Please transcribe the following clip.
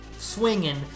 swinging